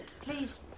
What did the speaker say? Please